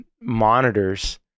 monitors